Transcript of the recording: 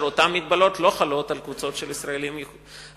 ואותן מגבלות לא חלות על קבוצות של ישראלים אחרים,